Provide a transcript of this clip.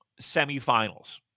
semifinals